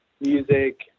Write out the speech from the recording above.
music